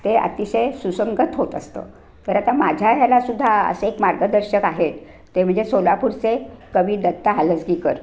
ते अतिशय सुसंगत होत असतं तर आता माझ्या ह्यालासुद्धा असे एक मार्गदर्शक आहेत ते म्हणजे सोलापूरचे कवी दत्ता हलसगीकर